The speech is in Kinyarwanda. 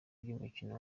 ry’umukino